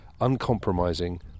uncompromising